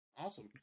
awesome